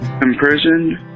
imprisoned